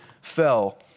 fell